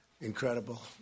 incredible